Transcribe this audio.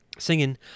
singing